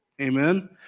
Amen